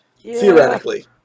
Theoretically